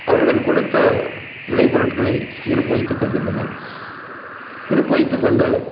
அவர்கள் கொடுத்த விலை பொருட்களை இருப்பு வைத்து கொள்கின்றன இருப்பு வைத்துக் கொண்டு